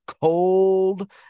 cold